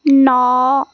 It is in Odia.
ନଅ